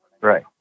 Right